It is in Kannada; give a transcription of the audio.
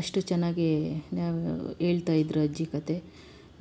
ಅಷ್ಟು ಚೆನ್ನಾಗಿ ನಾವು ಹೇಳ್ತಾ ಇದ್ದರು ಅಜ್ಜಿ ಕಥೆ